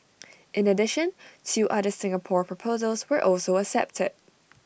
in addition two other Singapore proposals were also accepted